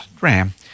Ram